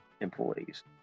employees